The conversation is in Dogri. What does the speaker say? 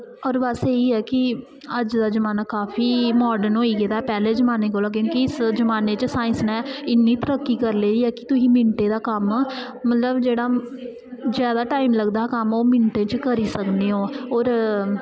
होर बस एह् ऐ कि अज्ज दा जमान्ना काफी मॉडर्न होई गेदा ऐ पैह्ले जमानें कोला क्योंकि इस जमान्ने च साइंस ने इ'न्नी तरक्की करी लेई ऐ कि तुस मिन्टें दा कम्म होंदा जेह्ड़ा जादा टाइम लगदा हा कम्म ओह् तुस मिन्टें च करी सकने ओ